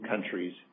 countries